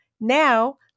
Now